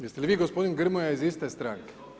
Jeste li vi i gospodin Grmoja iz iste stranke?